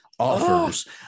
offers